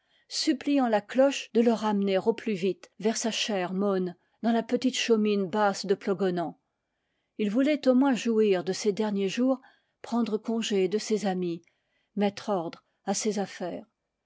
suppliant la cloche de le ramener au plus vite vers sa chère môn dans la petite chaumine basse de plogonan il voulait au moins jouir de ses derniers jours prendre congé de ses amis mettre ordre à ses affaires